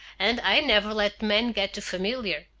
and i never let men get too familiar.